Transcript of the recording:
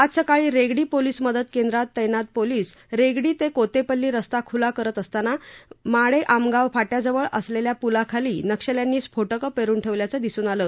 आज सकाळी रेगडी पोलिस मदत केंद्रात तैनात पोलिस रेगडी ते कोतेपल्ली रस्ता खुला करीत असताना माडे माडेआमगाव फाट्याजवळ असलेल्या पुलाखाली नक्षल्यांनी स्फोटकं पेरुन ठेवल्याचं दिसून आलं